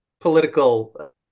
political